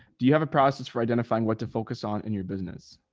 do you have a process for identifying what to focus on in your business?